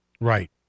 Right